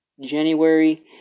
January